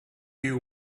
you